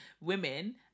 women